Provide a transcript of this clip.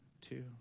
two